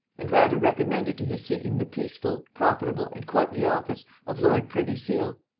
and rather recommended to his seeking the peaceful, profitable and courtly office of lord privy seal.